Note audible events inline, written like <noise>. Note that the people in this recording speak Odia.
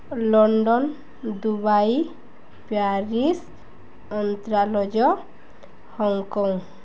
London Dubai Paris <unintelligible> Hong Kong